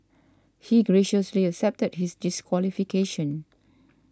he graciously accepted his disqualification